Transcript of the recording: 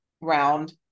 round